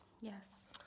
Yes